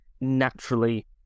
naturally